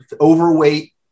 overweight